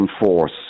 enforce